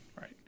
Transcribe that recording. Right